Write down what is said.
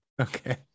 Okay